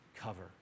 Cover